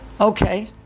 okay